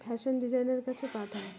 fashion ডিজাইনের কাছে পাঠায়